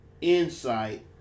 insight